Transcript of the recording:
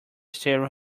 stereo